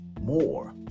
more